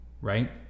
right